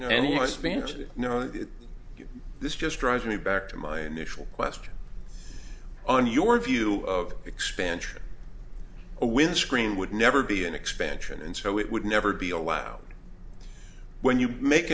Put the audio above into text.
this just drives me back to my initial question on your view of expansion windscreen would never be an expansion and so it would never be allowed when you make